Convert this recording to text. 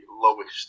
lowest